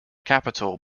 capital